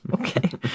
Okay